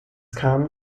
kam